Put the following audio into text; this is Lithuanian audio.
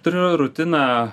turiu rutiną